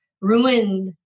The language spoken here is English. ruined